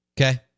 Okay